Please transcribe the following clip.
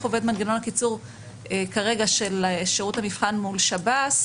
עובד כרגע מנגנון הקיצור של שירות המבחן מול שירות בתי הסוהר.